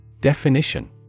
Definition